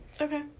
Okay